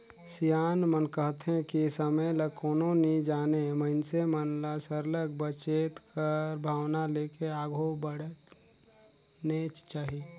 सियान मन कहथें कि समे ल कोनो नी जानें मइनसे मन ल सरलग बचेत कर भावना लेके आघु बढ़नेच चाही